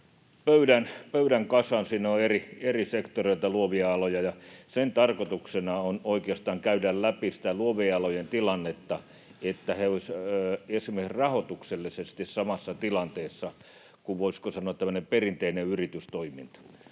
pöydän kasaan. Siinä on eri sektoreilta luovia aloja, ja sen tarkoituksena on oikeastaan käydä läpi sitä luovien alojen tilannetta, sitä, että he olisivat esimerkiksi rahoituksellisesti samassa tilanteessa kuin, voisiko sanoa, tämmöinen perinteinen yritystoiminta.